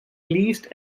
least